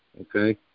okay